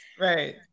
Right